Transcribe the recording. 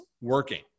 working